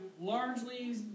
largely